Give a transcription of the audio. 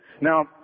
Now